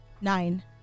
Nine